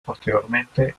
posteriormente